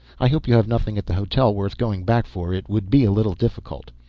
i hope you have nothing at the hotel worth going back for. it would be a little difficult.